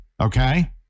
okay